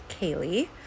kaylee